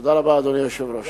תודה רבה, אדוני היושב-ראש.